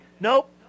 Nope